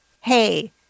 hey